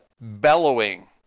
bellowing